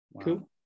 Cool